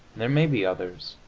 there may be others,